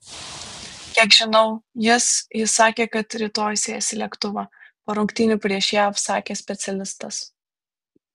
kiek žinau jis jis sakė kad rytoj sės į lėktuvą po rungtynių prieš jav sakė specialistas